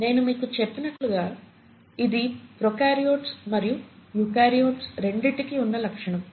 నేను మీకు చెప్పినట్టుగా ఇది ప్రోకార్యోట్స్ మరియు యుకార్యోట్స్ రెండిటికి ఉన్న లక్షణం